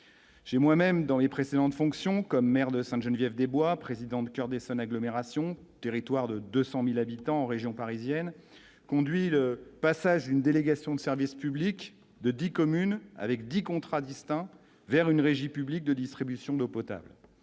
j'ai moi-même dans les précédentes fonctions comme maire de Sainte-Geneviève-des-Bois, président de coeur des San agglomération territoire de 200000 habitants en région parisienne, conduit le passage, une délégation de service public, de 10 communes avec 10 contrats distincts vers une régie publique de distribution d'eau potable,